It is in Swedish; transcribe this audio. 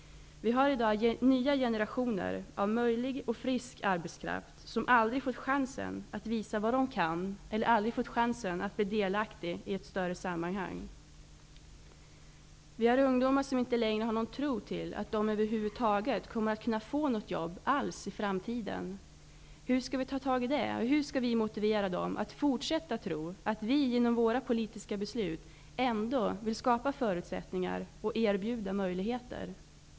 Vi har i dag nya generationer av möjlig och frisk arbetskraft som aldrig fått chansen att visa vad de kan eller aldrig fått chansen att vara delaktiga i ett större sammanhang. Vi har ungdomar som inte längre har någon tro till att de över huvud taget kommer att kunna få något jobb alls i framtiden. Hur skall vi ta tag i det? Hur skall vi motivera dem att fortsätta att tro att vi genom våra politiska beslut ändå vill skapa förutsättningar och erbjuda möjligheter?